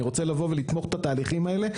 אני רוצה לבוא ולתמוך בתהליכים האלה.